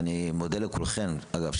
ואני מודה לכולכן אגב,